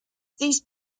these